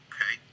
Okay